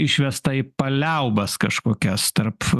išvesta į paliaubas kažkokias tarp